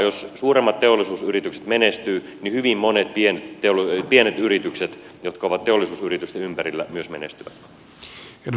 jos suuremmat teollisuusyritykset menestyvät niin hyvin monet pienet yritykset jotka ovat teollisuusyritysten ympärillä myös menestyvät